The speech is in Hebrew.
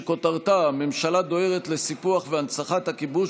שכותרתה: הממשלה דוהרת לסיפוח והנצחת הכיבוש,